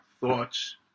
thoughts